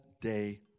day